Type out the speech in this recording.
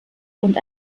und